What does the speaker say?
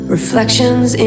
Reflections